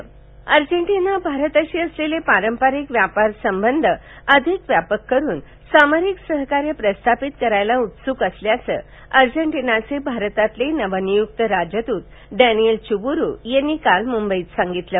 अर्जेन्टिना राजदूत अर्जेन्टिना भारताशी असलेले पारंपरिक व्यापार संबंध अधिक व्यापक करून सामरिक सहकार्य प्रस्थापित करण्यास उत्सुक वसल्याचे वर्जेन्टिनाचे भारतातील नवनियुक्त राजद्रत डॅनिएल चुबुरू यांनीकाल मुंबईत सांगितलं